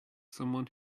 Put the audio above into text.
someone